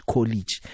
College